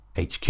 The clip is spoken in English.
HQ